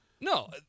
no